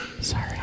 Sorry